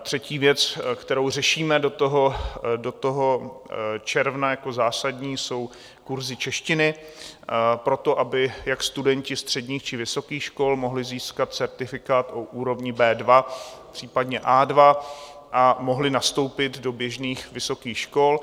Třetí věc, kterou řešíme do toho června jako zásadní, jsou kurzy češtiny pro to, aby jak studenti středních či vysokých škol mohli získat certifikát o úrovni B2, případně A2, a mohli nastoupit do běžných vysokých škol.